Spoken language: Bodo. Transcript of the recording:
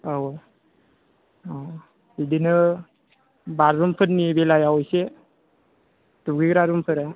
औ औ बिदिनो बाथरुमफोरनि बेलायाव एसे दुगैग्रा रुमफोरा